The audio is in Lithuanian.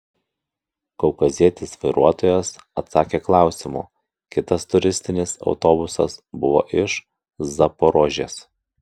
kaukazietis vairuotojas atsakė klausimu kitas turistinis autobusas buvo iš zaporožės